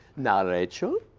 now rachel.